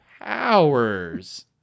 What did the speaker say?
powers